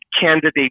candidate